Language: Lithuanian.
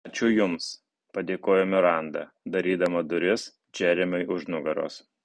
ačiū jums padėkojo miranda darydama duris džeremiui už nugaros